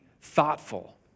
thoughtful